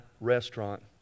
restaurant